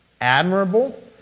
admirable